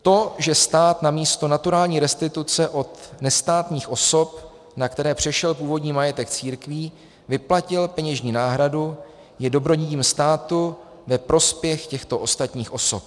To, že stát namísto naturální restituce od nestátních osob, na které přešel původní majetek církví, vyplatil peněžní náhradu, je dobrodiním státu ve prospěch těchto ostatních osob.